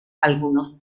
algunos